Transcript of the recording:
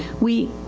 we,